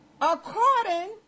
According